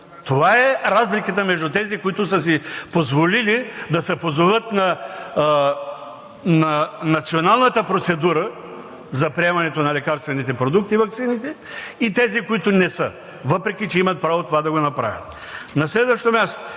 Това е разликата между тези, които са си позволили да се позоват на националната процедура за приемането на лекарствените продукти – ваксините, и тези, които не са, въпреки че имат право това да го направят.